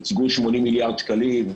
הוצגו 80 מיליארד שקלים,